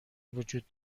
وجود